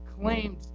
claimed